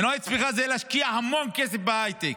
מנועי צמיחה זה להשקיע המון כסף בהייטק,